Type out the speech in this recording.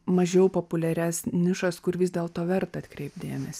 mažiau populiarias nišas kur vis dėlto verta atkreipt dėmesį